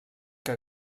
que